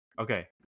okay